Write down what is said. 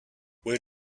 where